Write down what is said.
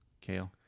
Kale